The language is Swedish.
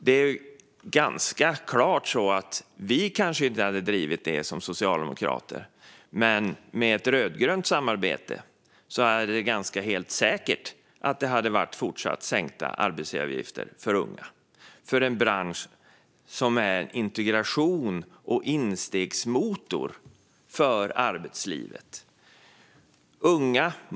Det är ganska klart att vi som socialdemokrater kanske inte hade drivit det, men med ett rödgrönt samarbete hade det säkert varit fortsatt sänkta arbetsgivaravgifter för unga för en bransch som är integrations och instegsmotor för arbetslivet.